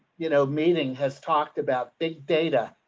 you know, meaning has talked about big data,